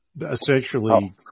essentially